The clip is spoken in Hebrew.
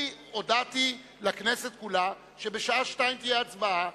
אני הודעתי לכנסת כולה שבשעה 14:00 תהיה הצבעה,